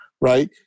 right